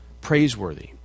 praiseworthy